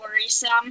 worrisome